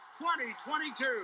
2022